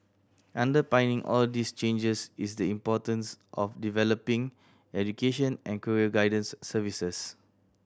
underpinning all these changes is the importance of developing education and career guidance services